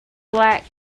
lack